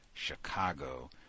chicago